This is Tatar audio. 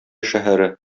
шәһәре